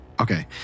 okay